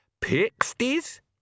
Pixies